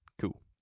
Cool